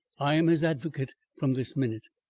i am his advocate from this minute.